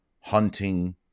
hunting